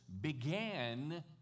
began